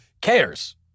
cares